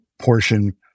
portion